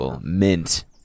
Mint